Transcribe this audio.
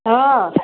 ହଁ